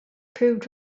proved